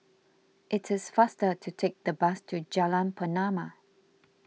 it is faster to take the bus to Jalan Pernama